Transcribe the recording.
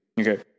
Okay